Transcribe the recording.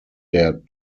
der